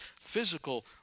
physical